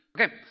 Okay